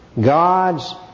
God's